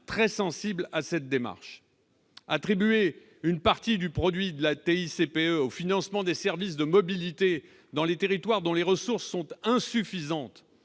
très sensibles à cette démarche. Attribuer une partie du produit de la TICPE au financement des services de mobilité dans les territoires dont les ressources sont insuffisantes